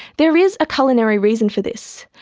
there is a culinary reason for this.